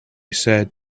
said